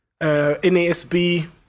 NASB